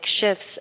shifts